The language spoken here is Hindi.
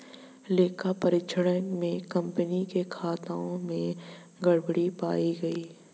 लेखा परीक्षण में कंपनी के खातों में गड़बड़ी पाई गई